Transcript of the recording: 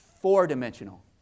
four-dimensional